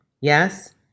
Yes